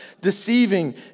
deceiving